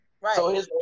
Right